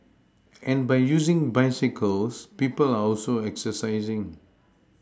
and by using bicycles people are also exercising